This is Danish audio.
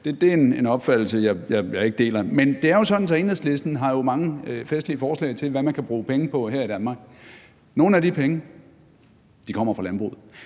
det er en opfattelse, jeg ikke deler – men en anden ting er jo, at Enhedslisten har mange festlige forslag til, hvad man kan bruge penge på her i Danmark. Nogle af de penge kommer fra landbruget.